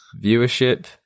viewership